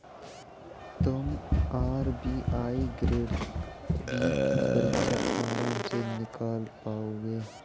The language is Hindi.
तुम आर.बी.आई ग्रेड बी की परीक्षा आराम से निकाल पाओगे